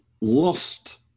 lost